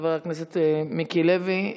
לחבר הכנסת מיקי לוי.